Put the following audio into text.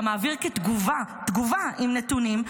אתה מעביר תגובה עם נתונים,